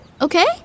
Okay